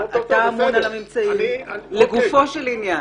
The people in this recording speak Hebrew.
אתה אמון על הממצאים, לגופו של עניין.